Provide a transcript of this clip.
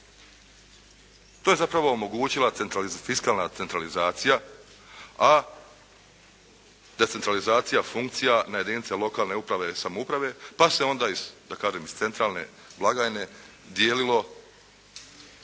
To je zapravo omogućila fiskalna centralizacija a decentralizacija funkcija na jedinice lokalne uprave i samouprave pa se onda da kažem iz centralne blagajne dijelilo